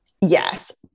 Yes